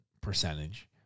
percentage